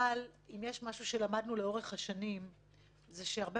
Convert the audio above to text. אבל אם יש משהו שלמדנו לאורך השנים זה שהרבה